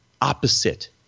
opposite